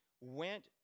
went